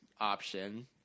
option